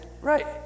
right